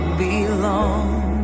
belong